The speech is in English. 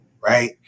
right